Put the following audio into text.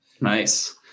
nice